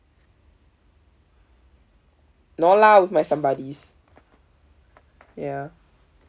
no lah with my some buddies ya